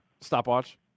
stopwatch